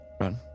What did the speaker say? Run